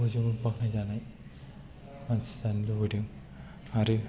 बयजोंबो बाखनाय जानाय मानसि जानो लुगैदों आरो